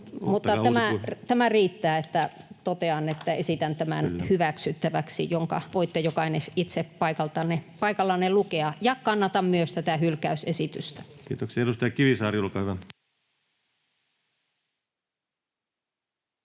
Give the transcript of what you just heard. tämä riittää, että totean, että esitän tämän hyväksyttäväksi, jonka voitte jokainen itse paikallanne lukea. Kannatan myös hylkäysesitystä. [Speech 10] Speaker: